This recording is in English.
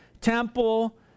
temple